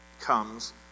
comes